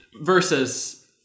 versus